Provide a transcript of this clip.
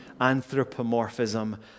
anthropomorphism